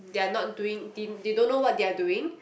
they are not doing thing they don't know what they are doing